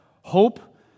hope